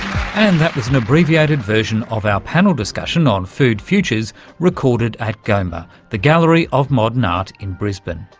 and that was an abbreviated version of our panel discussion on food futures recorded at goma, the gallery of modern art in brisbane.